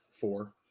four